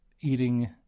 eating